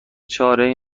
چارهای